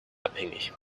abhängig